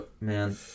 man